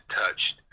touched